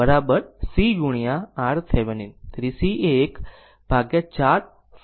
તેથી c એ એક 4 ફેરાડે આપવામાં આવે છે